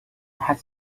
had